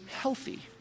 healthy